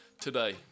today